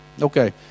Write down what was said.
Okay